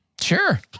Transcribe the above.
Sure